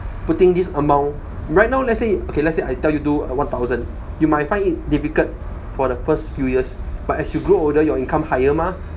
putting this amount right now let's say okay let's say I tell you do one thousand you may find it difficult for the first few years but as you grow older your income higher mah